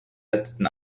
setzten